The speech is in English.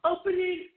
Opening